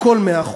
הכול מאה אחוז,